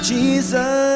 Jesus